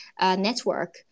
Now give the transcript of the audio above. network